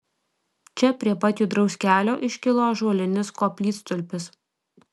čia prie pat judraus kelio iškilo ąžuolinis koplytstulpis